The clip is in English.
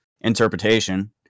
interpretation